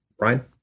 Brian